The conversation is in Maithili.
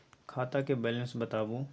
खाता के बैलेंस बताबू?